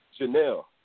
Janelle